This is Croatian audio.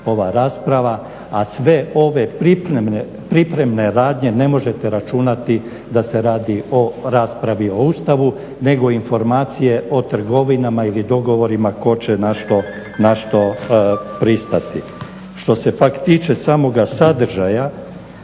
ova rasprava a sve ove pripremne radnje ne možete računati da se radi o raspravi o Ustavu nego informacije o trgovinama ili dogovorima tko će na što pristati. Što se pak tiče samoga sadržaja